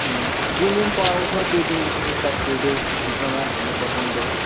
उम् जुन दिन पाउँछ त्यो दिनदेखि उता थ्री डेजभित्रमा हामीले फर्काउनु पऱ्यो